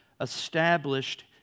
established